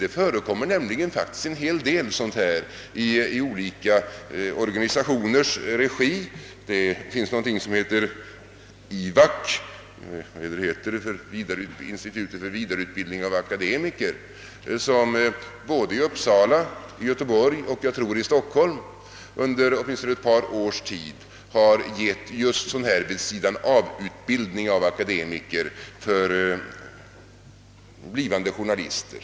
Det görs nämligen en hel del på området i olika organisationers regi. En organisation som heter IVAK — Institutet för vidareutbildning av akademiker — har i Uppsala, Göteborg och, tror jag, Stockholm under åtminstone ett par års tid drivit just sådan här vidsidan-av-utbildning för akademiker som vill bli journalister.